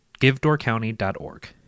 givedoorcounty.org